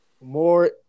more